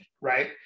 right